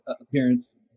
appearance